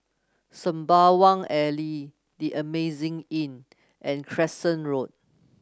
Sembawang Alley The Amazing Inn and Crescent Road